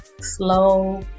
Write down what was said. slow